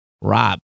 Rob